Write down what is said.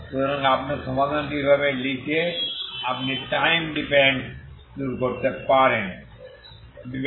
সুতরাং আপনার সমাধানটি এভাবে লিখে আপনি টাইম ডিপেন্ডেন্স দূর করতে পারেন